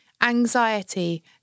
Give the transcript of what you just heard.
anxiety